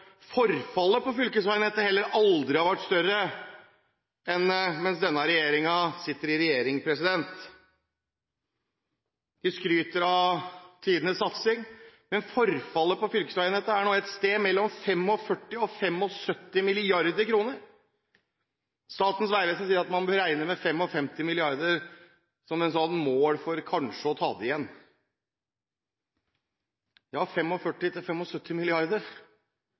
forfallet på fylkesveinettet heller aldri har vært større enn mens denne regjeringen har sittet. De skryter av tidenes satsing, men forfallet på fylkesveinettet er nå et sted mellom 45 og 75 mrd. kr. Statens vegvesen sier at man bør regne med 55 mrd. kr som et slags mål for kanskje å ta det